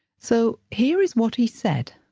so here is what he said,